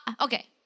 Okay